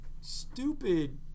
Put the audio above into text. stupid